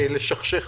קצרין